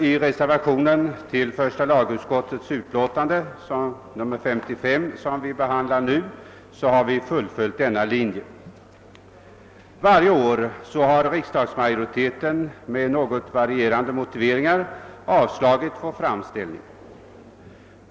I reservationen till första lagutskottets utlåtande nr 55 har vi fullföljt denna linje. Varje år har riksdagsmajoriteten med något varie rande motiveringar avslagit våra framställningar.